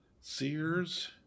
Sears